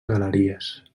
galeries